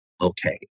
Okay